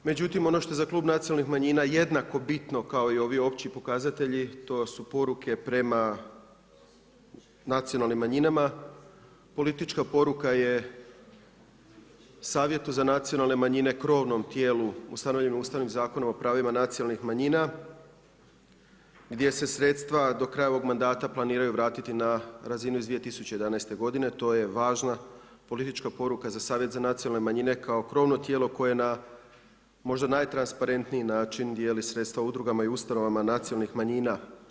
Međutim, ono što za Klub nacionalnih manjina jednako bitno kao i ovi opći pokazatelji to su poruke prema nacionalnim manjinama, politička poruka je Savjetu za nacionalne manjine krovnom tijelu ustanovljenom Ustavnim zakonom o pravima nacionalnih manjina, gdje se sredstva do kraja ovog mandata planiraju vratiti na razinu iz 2011. godine, a to je važna politička poruka za Savjet za nacionalne manjine kao krovno tijelo koje na možda najtransparentniji način dijeli sredstva udrugama i ustanovama nacionalnih manjina.